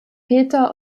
peter